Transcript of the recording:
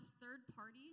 third-party